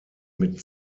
mit